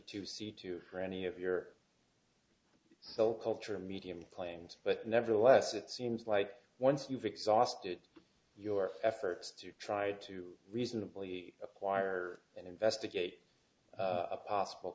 to see to or any of your cell culture medium claims but nevertheless it seems like once you've exhausted your efforts to try to reasonably acquire and investigate a possible